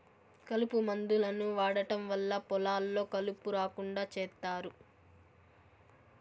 కలుపు మందులను వాడటం వల్ల పొలాల్లో కలుపు రాకుండా చేత్తారు